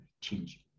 change